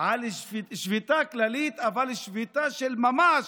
על שביתה כללית, שביתה של ממש,